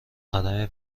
خدمه